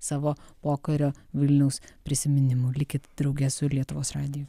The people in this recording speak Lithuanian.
savo pokario vilniaus prisiminimų likit drauge su lietuvos radiju